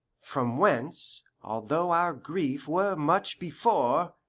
from whence, although our grief were much before,